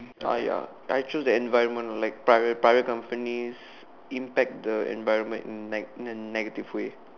uh ya I choose the environment one like private private companies impact the environment in like the negative way